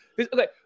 okay